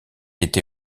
été